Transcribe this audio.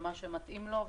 מה שמתאים לו,